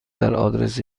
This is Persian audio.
آدرس